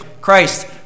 Christ